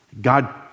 God